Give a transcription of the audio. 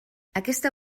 aquesta